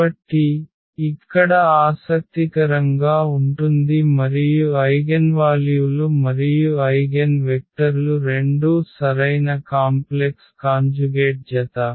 కాబట్టి ఇక్కడ ఆసక్తికరంగా ఉంటుంది మరియు ఐగెన్వాల్యూలు మరియు ఐగెన్వెక్టర్లు రెండూ సరైన కాంప్లెక్స్ కాంజుగేట్ జత